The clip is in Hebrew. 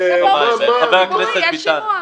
חבר הכנסת ביטן.